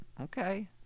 Okay